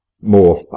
more